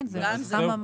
גם זה.